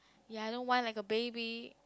ya I don't whine like a baby